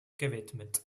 gewidmet